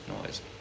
noise